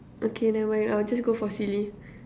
okay never mind I'll just go for silly